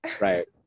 right